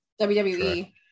wwe